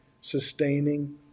sustaining